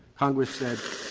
congress said,